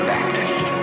Baptist